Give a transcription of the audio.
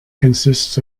consists